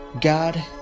God